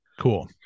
Cool